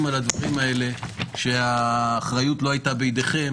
על הדברים האלה כשהאחריות לא הייתה בידיכם